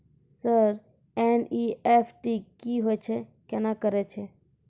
Sir NEFT की होय छै, केना करे छै?